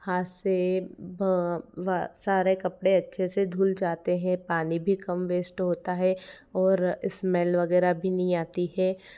हाथ से वह सारे कपड़े अच्छे से धुल जाते हैं पानी भी काम बेस्ट होता है और स्मेल वगैरह भी नहीं आती है